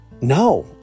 no